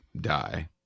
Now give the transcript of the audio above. die